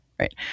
right